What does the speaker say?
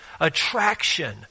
Attraction